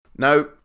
Now